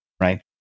right